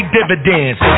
dividends